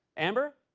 amber?